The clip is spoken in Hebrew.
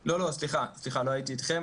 סליחה, לא הייתי איתכם.